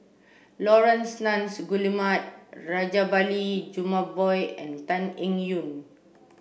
Laurence Nunns Guillemard Rajabali Jumabhoy and Tan Eng Yoon